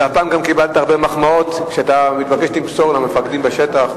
והפעם גם קיבלת הרבה מחמאות שאתה מתבקש למסור למפקדים בשטח,